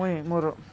ମୁଇଁ ମୋର